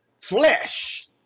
flesh